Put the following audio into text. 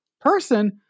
person